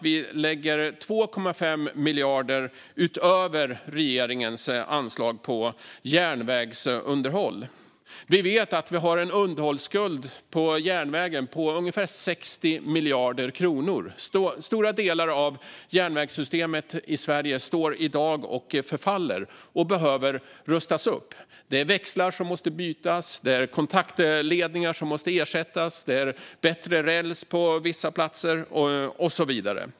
Vi lägger 2,5 miljarder mer än regeringen på järnvägsunderhåll. Vi har en underhållsskuld på järnvägen på ungefär 60 miljarder kronor. Stora delar av dagens järnvägssystem håller på att förfalla och behöver rustas upp. Växlar måste bytas, kontaktledningar ersättas, räls förbättras och så vidare.